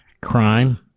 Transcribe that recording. crime